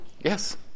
Yes